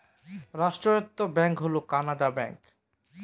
রাষ্ট্রায়ত্ত ব্যাঙ্ক হল কানাড়া ব্যাঙ্ক